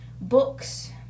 books